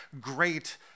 great